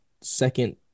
second